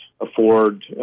afford